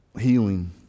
Healing